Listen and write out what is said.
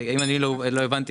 אם לא הבנתי,